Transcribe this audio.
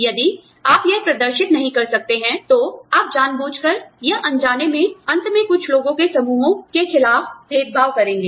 यदि आप यह प्रदर्शित नहीं कर सकते हैं तो आपने जानबूझकर या अनजाने में अंत में कुछ लोगों के समूहों के खिलाफ भेदभाव करेंगे